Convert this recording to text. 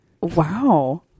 wow